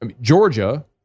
Georgia